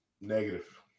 Negative